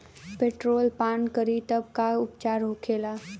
Petrol पान करी तब का उपचार होखेला?